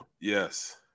Yes